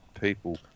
people